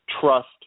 trust